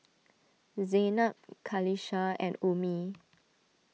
Zaynab Qalisha and Ummi